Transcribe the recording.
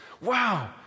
Wow